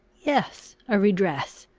yes a redress,